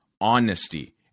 honesty